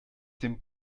dem